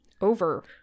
over